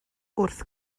wrth